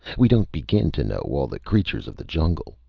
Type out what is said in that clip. we don't begin to know all the creatures of the jungle!